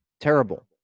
terrible